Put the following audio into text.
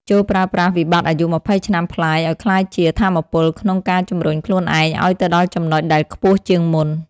ចូរប្រើប្រាស់វិបត្តិអាយុ២០ឆ្នាំប្លាយឱ្យក្លាយជា "ថាមពល" ក្នុងការជំរុញខ្លួនឯងឱ្យទៅដល់ចំណុចដែលខ្ពស់ជាងមុន។